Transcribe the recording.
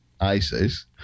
isis